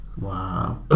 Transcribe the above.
Wow